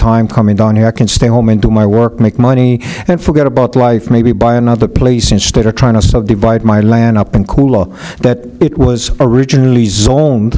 time coming down here i can stay home and do my work make money and forget about life or maybe buy another place instead of trying to divide my land up and cool that it was originally zoned